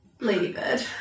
Ladybird